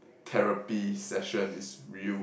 therapy session is real